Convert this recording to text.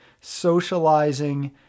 socializing